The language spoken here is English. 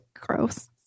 Gross